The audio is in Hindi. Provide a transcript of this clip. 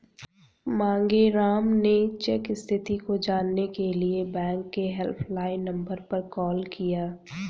मांगेराम ने चेक स्थिति को जानने के लिए बैंक के हेल्पलाइन नंबर पर कॉल किया